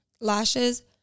lashes